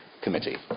committee